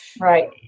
Right